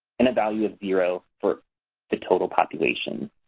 and a value of zero for the total population.